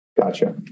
Gotcha